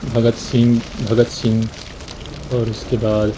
بھگت سنگھ بھگت سنگھ اور اس کے بعد